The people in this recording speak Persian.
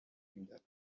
میداد